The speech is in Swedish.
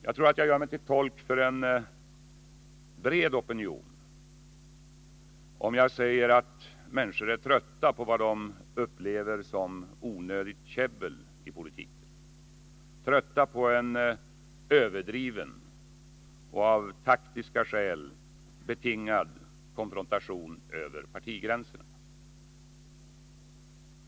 Jag tror att jag gör mig till tolk för en bred opinion om jag säger att människor är trötta på vad de upplever som onödigt käbbel i politiken, trötta på en överdriven och av taktiska skäl betingad konfrontation över partigränserna.